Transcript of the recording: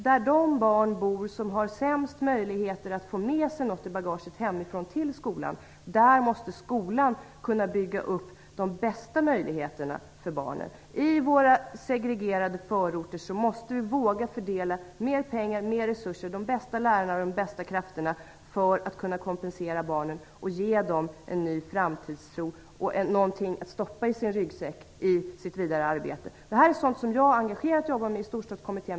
Där de barn bor som har de sämsta möjligheterna att få med sig något i bagaget hemifrån måste skolan bygga upp de bästa möjligheterna för barnen. Vi måste våga att till våra segregerade förorter fördela mer av pengar och av resurser, de bästa lärarna och de bästa krafterna, för att kunna kompensera barnen och ge dem en ny framtidstro, någonting att stoppa i sin ryggsäck för sitt vidare arbete. Detta är sådant som jag engagerat arbetar med i Storstadskommittén.